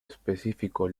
específico